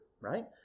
right